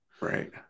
right